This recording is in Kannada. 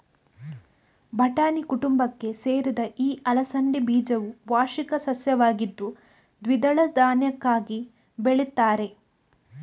ಬಟಾಣಿ ಕುಟುಂಬಕ್ಕೆ ಸೇರಿದ ಈ ಅಲಸಂಡೆ ಬೀಜವು ವಾರ್ಷಿಕ ಸಸ್ಯವಾಗಿದ್ದು ದ್ವಿದಳ ಧಾನ್ಯಕ್ಕಾಗಿ ಬೆಳೀತಾರೆ